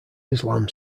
islam